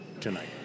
tonight